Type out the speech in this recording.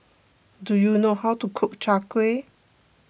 do you know how to cook Chai Kueh